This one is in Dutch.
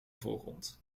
voorgrond